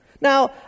Now